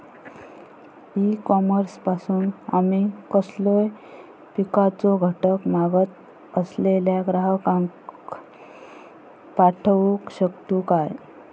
E commerce पासून आमी कसलोय पिकाचो घटक मागत असलेल्या ग्राहकाक पाठउक शकतू काय?